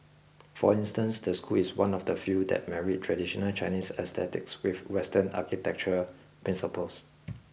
for instance the school is one of the few that married traditional Chinese aesthetics with western architectural principles